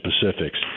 specifics